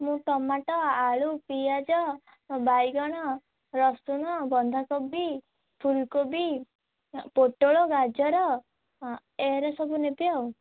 ମୁଁ ଟମାଟୋ ଆଳୁ ପିଆଜ ବାଇଗଣ ରସୁଣ ବନ୍ଧା କୋବି ଫୁଲକୋବି ପୋଟଳ ଗାଜର ଏଗୁରା ସବୁ ନେବି ଆଉ